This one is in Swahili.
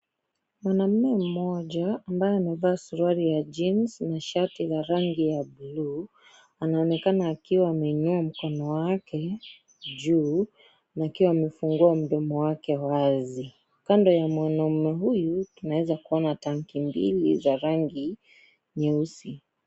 Mwanamme mmoja ambaye amevaa suruali ya jeans na shati ya rangi ya buluu, anaonekana akiwa ameinua mkono wake juu na akiwa amefungua mdomo wake wazi, kando ya mwanaume huyu tunaeza kuona tanki mbili za rangi nyeusi.